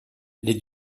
les